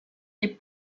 les